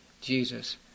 Jesus